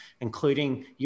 including